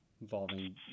Involving